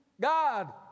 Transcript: God